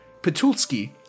Petulski